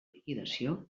liquidació